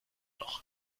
noch